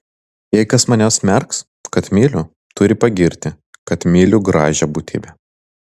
jei kas mane smerks kad myliu turi pagirti kad myliu gražią būtybę